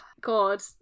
God